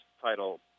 title